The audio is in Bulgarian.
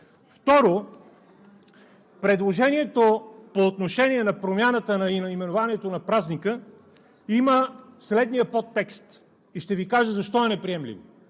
Второ, предложението по отношение на промяната на наименованието на празника има следния подтекст и ще Ви кажа защо е неприемливо.